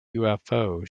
ufo